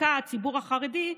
דווקא הציבור החרדי,